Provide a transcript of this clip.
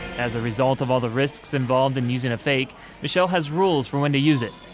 as a result of all the risks involved in using a fake michelle has rules for when to use it.